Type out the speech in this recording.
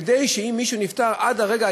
כדי שאם מישהו נפטר עד הרגע,